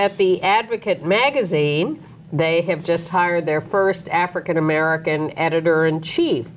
at the advocate magazine they have just hired their first african american editor in ch